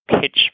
pitch